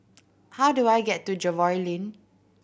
how do I get to Jervois Lane